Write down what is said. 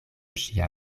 ŝia